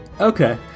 okay